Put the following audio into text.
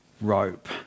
rope